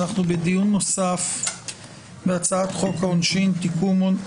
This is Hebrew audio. אנחנו בדיון נוסף בהצעת חוק העונשין (תיקון מס' 140)